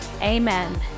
amen